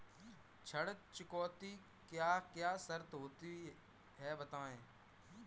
ऋण चुकौती की क्या क्या शर्तें होती हैं बताएँ?